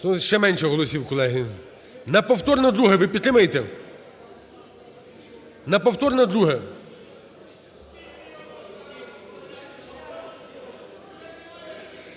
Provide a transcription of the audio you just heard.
Ще менше голосів, колеги. На повторне друге ви підтримаєте? На повторне друге?